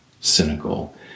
cynical